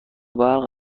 برق